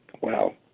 Wow